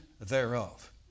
thereof